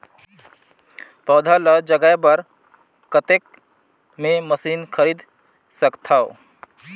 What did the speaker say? पौधा ल जगाय बर कतेक मे मशीन खरीद सकथव?